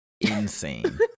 insane